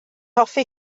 hoffi